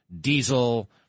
Diesel